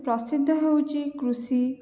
ପ୍ରସିଦ୍ଧ ହେଉଛି କୃଷି